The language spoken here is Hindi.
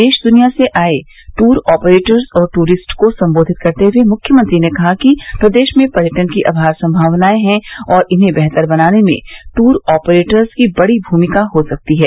देश दुनिया से आये ट्र आपरेटर्स और टूरिस्ट को संबोधित करते हुए मुख्यमंत्री ने कहा कि प्रदेश में पर्यटन की अपार संभावनाएं है और इन्हें बेहतर बनाने में टूर आपरेटर्स की बड़ी भूमिका हो सकती है